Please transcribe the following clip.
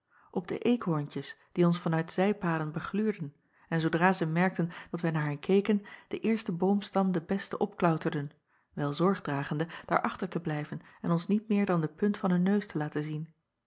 op de eekhoorntjes die ons van uit zijpaden begluurden en zoodra zij merkten dat wij naar hen acob van ennep laasje evenster delen keken den eersten boomstam den besten opklauterden wel zorg dragende daarachter te blijven en ons niet meer dan de punt van hun neus te laten zien